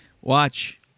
watch